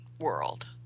world